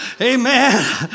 Amen